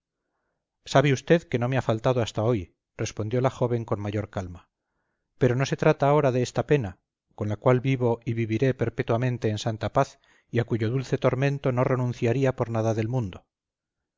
sabe usted que no me ha faltado hasta hoy respondió la joven con mayor calma pero no se trata ahora de esta pena con la cual vivo y viviré perpetuamente en santa paz y a cuyo dulce tormento no renunciaría por nada del mundo